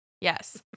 Yes